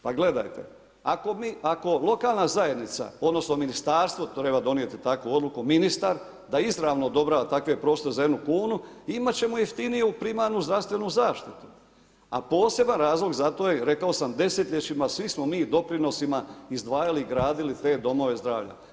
Pa gledajte, ako lokalna zajednica, odnosno ministarstvo treba donijeti takvu odluku, ministar, da izravno odobrava takav prostor za 1 kunu, imat ćemo jeftiniju primarnu zdravstvenu zaštitu, a poseban razlog za to je, rekao sam, desetljećima, svi smo mi doprinosima izdvajali, gradili te domove zdravlja.